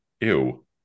ew